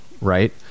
right